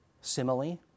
simile